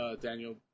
Daniel